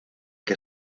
que